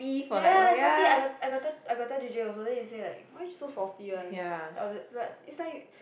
ya ya ya is salty I got I got tell I got tell j_j also and he say why so salty one but is like